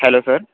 hello sir